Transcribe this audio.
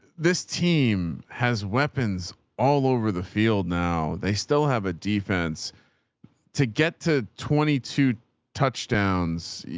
this team has weapons all over the field. now they still have a defense to get to twenty two touchdowns.